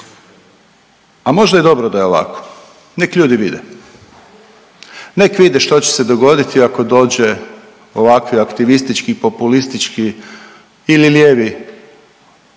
a možda je dobro da je ovako nek ljudi vide. Nek vide što će se dogoditi ako dođe ovakvi aktivistički i populistički ili lijevi